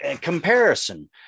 Comparison